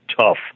tough